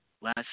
last